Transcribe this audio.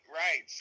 right